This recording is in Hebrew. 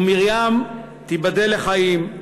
ומרים, תיבדל לחיים,